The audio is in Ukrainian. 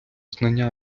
знання